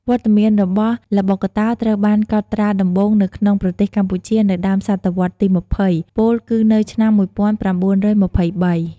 វត្តមានរបស់ល្បុក្កតោត្រូវបានកត់ត្រាដំបូងនៅក្នុងប្រទេសកម្ពុជានៅដើមសតវត្សរ៍ទី២០ ពោលគឺនៅឆ្នាំ១៩២៣។